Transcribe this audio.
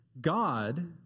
God